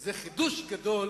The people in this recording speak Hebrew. זה חידוש גדול.